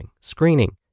screening